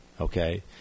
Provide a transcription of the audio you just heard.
okay